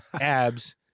abs